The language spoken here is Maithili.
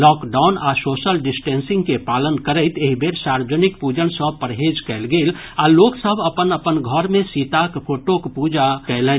लॉकडाउन आ सोशल डिस्टेंसिंग के पालन करैत एहि बेर सार्वजनिक पूजन सँ परहेज कयल गेल आ लोक सभ अपन अपन घर मे सीताक फोटोक पूजा कयलनि